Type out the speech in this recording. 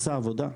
עשה עבודה,